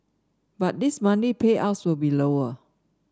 but his monthly payouts will be lower